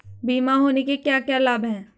बीमा होने के क्या क्या लाभ हैं?